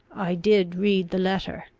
i did read the letter.